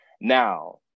Now